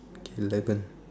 okay eleven